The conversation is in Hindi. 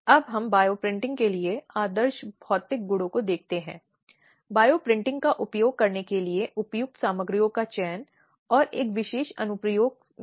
संदर्भस्लाइड देखें समय 1130 अब यौन घरेलू हिंसा की परिभाषा जैसा कि अधिनियम के तहत कम हो गई है काफी व्यापक है